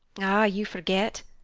ah, you forget!